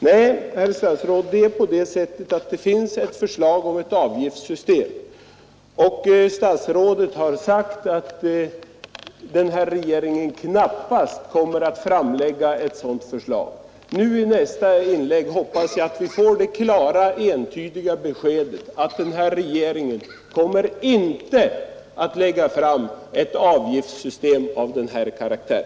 Nej, herr statsråd, det finns ett förslag om ett avgiftssystem, men statsrådet har sagt att denna regering knappast kommer att framlägga ett sådant förslag. Jag hoppas att vi i statsrådets nästa inlägg får det klara och entydiga beskedet att denna regering inte kommer att framlägga förslag om ett avgiftssystem av denna karaktär.